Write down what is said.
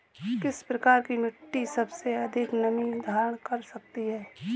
किस प्रकार की मिट्टी सबसे अधिक नमी धारण कर सकती है?